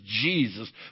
Jesus